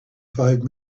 five